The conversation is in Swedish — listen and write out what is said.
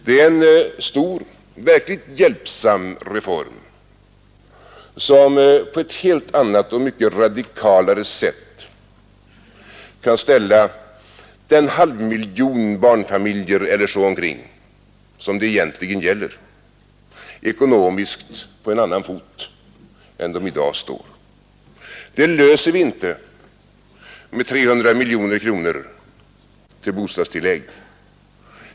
Det är en stor, verkligt hjälpsam reform som på ett helt annat och mycket radikalare sätt kan ställa den halva miljon barnfamiljer som det egentligen gäller ekonomiskt på en annan fot än de i dag står på. Det löser vi inte med 300 miljoner kronor till bostadstillägg.